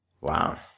Wow